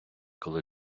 коли